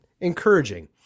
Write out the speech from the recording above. encouraging